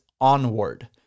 ONWARD